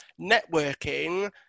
networking